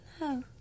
No